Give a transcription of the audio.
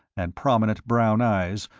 and prominent brown eyes,